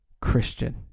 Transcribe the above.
Christian